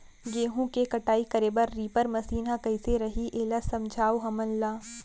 गेहूँ के कटाई करे बर रीपर मशीन ह कइसे रही, एला समझाओ हमन ल?